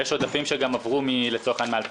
אבל יש עודפים שעברו גם מ-2017.